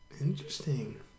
Interesting